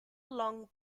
long